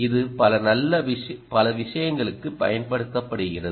இது பல விஷயங்களுக்கு பயன்படுத்தப்படுகிறது